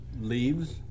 leaves